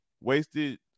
wasted